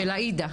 של עאידה.